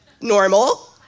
normal